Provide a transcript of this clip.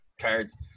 cards